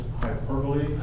hyperbole